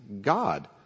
God